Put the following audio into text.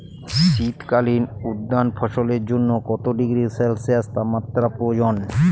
শীত কালীন উদ্যান ফসলের জন্য কত ডিগ্রী সেলসিয়াস তাপমাত্রা প্রয়োজন?